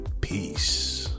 Peace